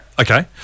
Okay